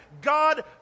God